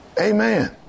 Amen